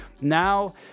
Now